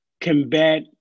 combat